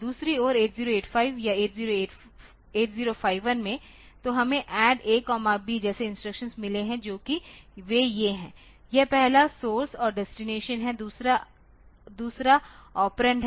दूसरी ओर 8085 या 8051 में तोहमें ADD A B जैसे इंस्ट्रक्शन मिले हैं जो की वे ये है यह पहला सोर्स और डेस्टिनेशन है दूसरा दूसरा ऑपरेंड है